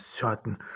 certain